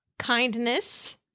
kindness